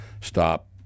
stop